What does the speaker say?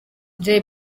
jay